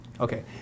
Okay